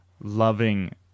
loving